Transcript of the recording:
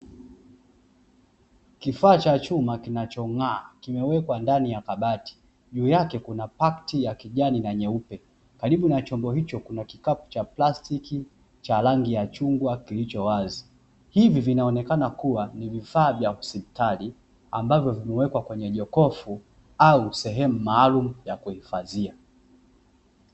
Kifaa cha chuma kinachong'aa kimewekwa ndani ya kabati, juu yake kuna pakti ya kijani na nyeupe. Karibu na chombo hicho kuna kikapu cha plastiki cha rangi ya chungwa kilicho wazi. Hivi vinaonekana kuwa ni vifaa vya hospitali ambavyo vimewekwa kwenye jokofu au sehemu maalumu ya kuhifadhia.